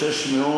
שאני חושש מאוד